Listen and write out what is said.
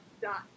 dot